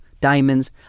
diamonds